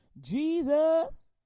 Jesus